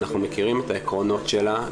אנחנו מכירים את העקרונות שלה,